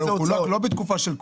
הוא לא חולק בתקופה של קורונה.